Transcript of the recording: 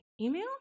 email